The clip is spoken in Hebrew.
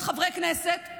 להיות חברי כנסת,